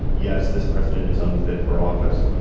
yes this president is unfit for office.